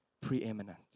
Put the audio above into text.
preeminent